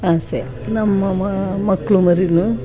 ಆಸೆ ನಮ್ಮ ಮ ಮಕ್ಕಳು ಮರಿನೂ